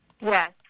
Yes